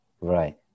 Right